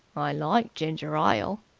i like ginger-ile.